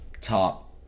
top